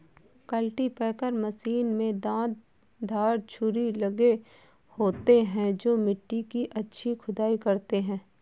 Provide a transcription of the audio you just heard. cultipacker machine में दांत दार छुरी लगे होते हैं जो मिट्टी की अच्छी खुदाई करते हैं